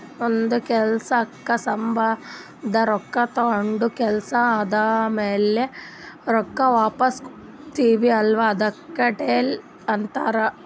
ಒಂದ್ ಕೆಲ್ಸಕ್ ಸಂಭಂದ ರೊಕ್ಕಾ ತೊಂಡ ಕೆಲ್ಸಾ ಆದಮ್ಯಾಲ ರೊಕ್ಕಾ ವಾಪಸ್ ಕೊಡ್ತೀವ್ ಅಲ್ಲಾ ಅದ್ಕೆ ಡೆಟ್ ಅಂತಾರ್